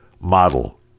model